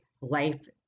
life